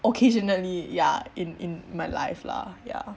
occasionally ya in in my life lah ya